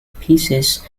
pieces